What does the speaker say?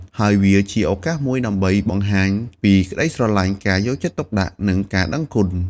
ហើយវាជាឱកាសមួយដើម្បីបង្ហាញពីក្តីស្រឡាញ់ ការយកចិត្តទុកដាក់ និងការដឹងគុណ។